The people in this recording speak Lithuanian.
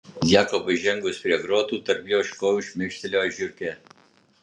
jakobui žengus prie grotų tarp jo kojų šmėstelėjo žiurkė